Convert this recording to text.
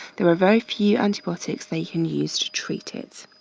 there are very few antibiotics they can use to treat it.